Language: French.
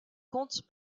compte